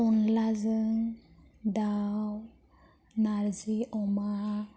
अनलाजों दाउ नारजि अमा